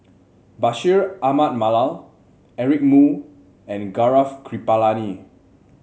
Bashir Ahmad Mallal Eric Moo and Gaurav Kripalani